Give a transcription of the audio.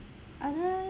other